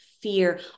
fear